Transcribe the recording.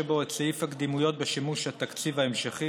סעיף הקדימויות בשימוש התקציב ההמשכי.